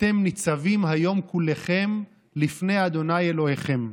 "אתם נצבים היום כלכם לפני ה' אלהיכם".